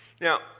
now